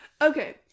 Okay